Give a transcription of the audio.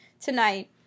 tonight